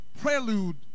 prelude